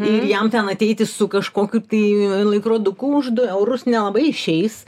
ir jam ten ateiti su kažkokiu tai laikroduku už du eurus nelabai išeis